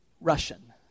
Russian